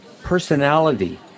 personality